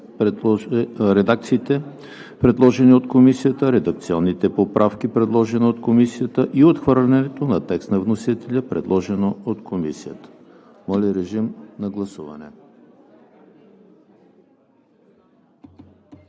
редакциите, предложени от Комисията; редакционните поправки, предложени от Комисията, и отхвърлянето на текста на вносителя, предложен от Комисията. Гласували